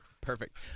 Perfect